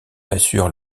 assurent